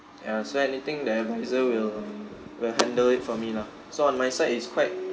ya so anything the advisor will will handle it for me lah so on my side it's quite